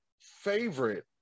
favorite